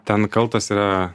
ten kaltas yra